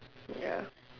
ya